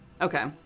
Okay